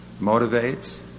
motivates